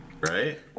right